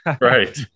Right